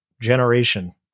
generation